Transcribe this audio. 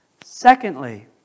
Secondly